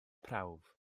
prawf